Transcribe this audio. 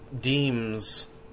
deems